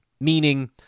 Meaning